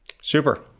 Super